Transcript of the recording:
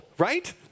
Right